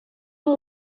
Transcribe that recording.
amb